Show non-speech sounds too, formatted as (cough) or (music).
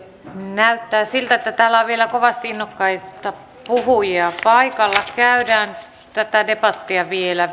näyttää siltä että täällä on vielä kovasti innokkaita puhujia paikalla käydään tätä debattia vielä (unintelligible)